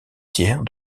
tiers